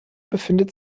befindet